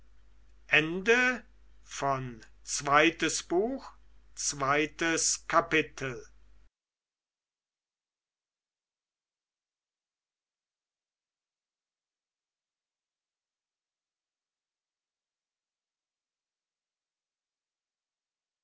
zweites buch erstes kapitel